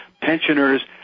pensioners